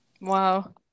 Wow